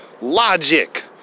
logic